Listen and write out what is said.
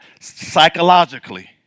psychologically